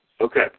Okay